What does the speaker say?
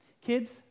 kids